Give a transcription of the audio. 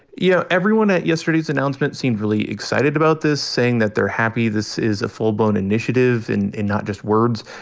you know, everyone at yesterday's announcement seemed really excited about this, saying that they're happy this is a full-blown initiative and and not just words.